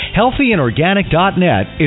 healthyandorganic.net